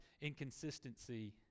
inconsistency